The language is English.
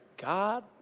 God